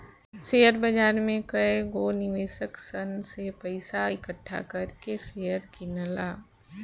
share बाजार में कएगो निवेशक सन से पइसा इकठ्ठा कर के शेयर किनला